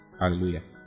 Hallelujah